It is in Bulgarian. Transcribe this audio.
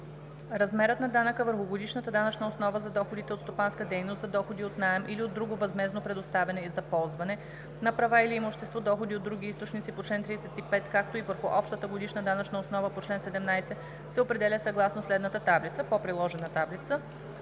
Размерът на данъка върху годишната данъчна основа за доходите от стопанска дейност, за доходи от наем или от друго възмездно предоставяне за ползване на права или имущество, доходи от други източници по чл. 35, както и върху общата годишна данъчна основа по чл. 17, се определя съгласно следната таблица:“ по приложена таблица;